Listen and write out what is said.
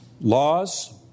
laws